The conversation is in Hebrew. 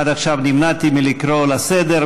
עד עכשיו נמנעתי מלקרוא לסדר.